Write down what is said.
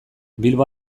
bilbo